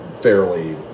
fairly